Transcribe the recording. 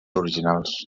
originals